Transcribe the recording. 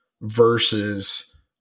versus